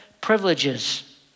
privileges